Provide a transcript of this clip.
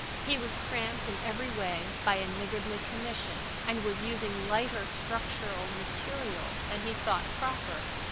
he was cramped in every way by a niggardly commission, and was using lighter structural material than he thought proper.